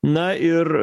na ir